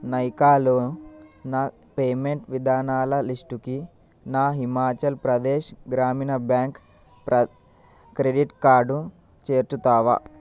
నైకాలో నా పేమెంట్ విధానాల లిస్టుకి నా హిమాచల్ప్రదేశ్ గ్రామీణ బ్యాంక్ ప్ర క్రెడిట్ కార్డు చేర్చుతావా